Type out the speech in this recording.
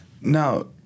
now